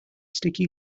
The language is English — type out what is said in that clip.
sticky